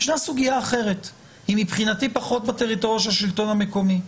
יש סוגיה אחרת ומבחינתי היא פחות בטריטוריה של השלטון המקומי.